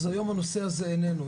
אז היום הנושא הזה איננו.